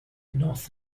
north